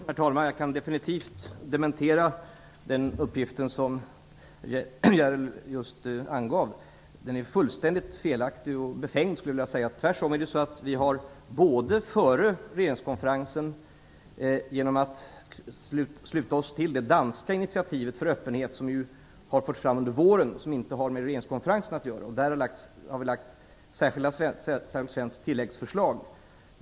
Herr talman! Jag kan definitivt dementera den uppgift som Henrik S Järrel talade om. Den är fullständigt felaktig och befängd, skulle jag vilja säga. Det är tvärtom så att vi redan nu före regeringskonferensen har slutit oss till det danska initiativet för öppenhet som har förts fram under våren. Det har ju inte med regeringskonferensen att göra. Vi har lagt ett särskilt svenskt tilläggsförslag där också.